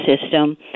system